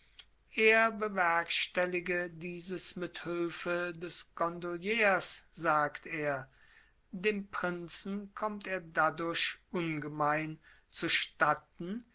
er bewerkstellige dieses mit hülfe der gondoliers sagt er dem prinzen kommt er dadurch ungemein zustatten